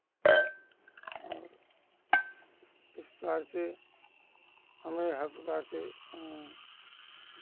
इस प्रकार से हमें हर प्रकार से